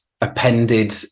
appended